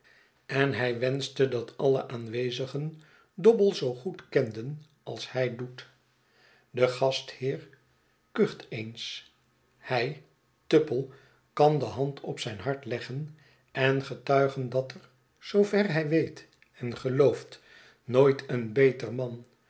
en hij wenschte dat alle aanwezigen dobble zoo goed kenden als hij doet de gastheer kucht eens hij tupple kan de hand op zijn hart leggen en getuigen dat er zoover hij weet en gelooft nooit een beter man